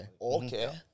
Okay